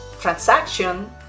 transaction